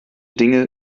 dinge